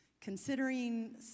considering